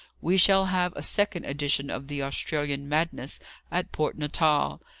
we shall have a second edition of the australian madness at port natal.